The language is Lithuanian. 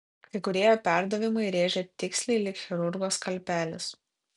kai kurie jo perdavimai rėžė tiksliai lyg chirurgo skalpelis